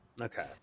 okay